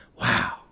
Wow